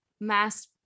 mass